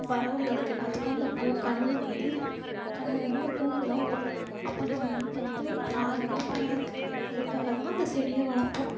வரவங்களுக்கெல்லாத்துக்கும் அந்த பூ கண் வந்து கண் வந்து அந்த பூவுக்கு தான் போகும் அப்போ நம்ம வந்து வீட்டில் வந்து ஒரு பார்வையும் படாது அதுக்காகத் தான் அந்த செடியை வளர்ப்போம்